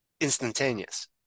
instantaneous